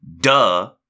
Duh